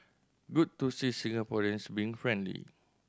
good to see Singaporeans being friendly